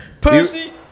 Pussy